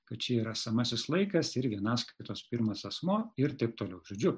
kad čia yra esamasis laikas ir vienaskaitos pirmas asmuo ir taip toliau žodžiu